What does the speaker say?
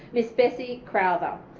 miss bessie crowther.